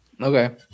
Okay